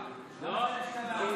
בושה,